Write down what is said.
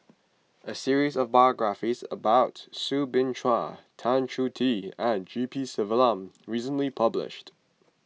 a series of biographies about Soo Bin Chua Tan Choh Tee and G P Selvam recently published